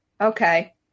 Okay